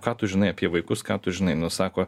ką tu žinai apie vaikus ką tu žinai nu sako